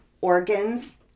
organs